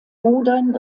rudern